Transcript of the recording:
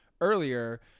earlier